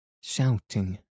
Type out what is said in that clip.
shouting